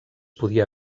podia